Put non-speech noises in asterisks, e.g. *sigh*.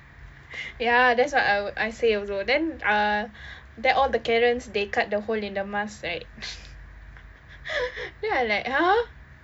ya that's what I wo~ I say also then uh there all the karens they cut the hole in the mask right *laughs* then I like !huh!